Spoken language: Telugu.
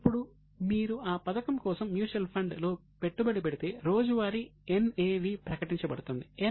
ఇప్పుడు మీలో చాలామంది మ్యూచువల్ ఫండ్స్